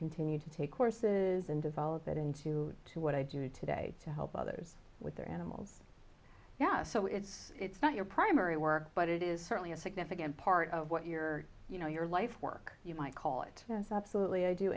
continued to take courses and develop it into to what i do today to help others with their animals yeah so it's it's not your primary work but it is certainly a significant part of what you're you know your life's work you might call it absolutely i do